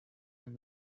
and